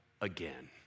Again